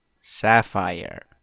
Sapphire